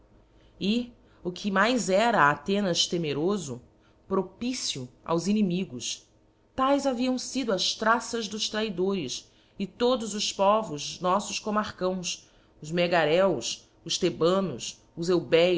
e o que mais era a athenas temerofo propicio aos inimigos taes haviam fído as traças dos traidores e todos os povos noífos comarcãos os megareos os lebanos os eubéos